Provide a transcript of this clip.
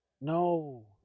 no